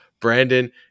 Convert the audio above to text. brandon